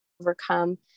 overcome